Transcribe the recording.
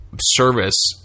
service